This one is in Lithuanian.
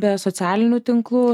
be socialinių tinklų